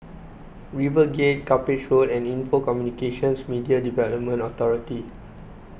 RiverGate Cuppage Road and Info Communications Media Development Authority